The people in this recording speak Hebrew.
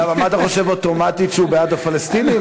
למה, מה אתה חושב, אוטומטית הוא בעד הפלסטינים?